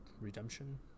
Redemption